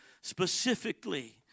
specifically